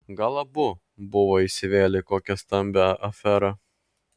gal abu buvo įsivėlę į kokią stambią aferą